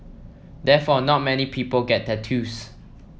therefore not many people get tattoos